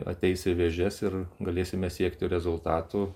ateis į vėžes ir galėsime siekti rezultatų